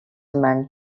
man